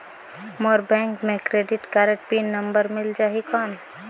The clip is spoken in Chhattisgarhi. मोर बैंक मे क्रेडिट कारड पिन नंबर मिल जाहि कौन?